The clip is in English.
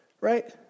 Right